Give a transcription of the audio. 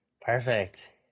Perfect